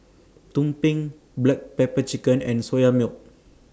Tumpeng Black Pepper Chicken and Soya Milk